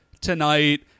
tonight